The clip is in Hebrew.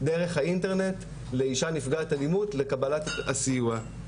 דרך האינטרנט, לאישה נפגעת אלימות, לקבלת הסיוע.